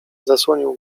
zasłonił